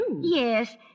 Yes